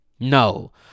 No